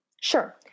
Sure